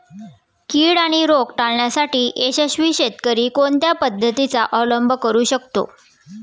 कीड आणि रोग टाळण्यासाठी यशस्वी शेतकरी कोणत्या पद्धतींचा अवलंब करू शकतो?